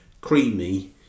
creamy